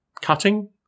cutting